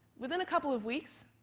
within a couple of weeks,